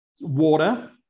water